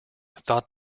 thought